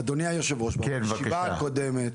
אדוני היושב-ראש, בישיבה הקודמת